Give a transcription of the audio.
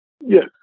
Yes